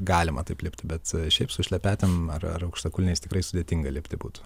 galima taip lipti bet šiaip su šlepetėm ar ar aukštakulniais tikrai sudėtinga lipti būtų